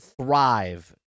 thrive